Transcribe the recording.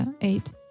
eight